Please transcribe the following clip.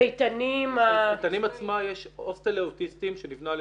ואיתנים ה- -- באיתנים עצמה יש הוסטל לאוטיסטים שנבנה על